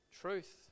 Truth